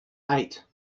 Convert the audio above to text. eight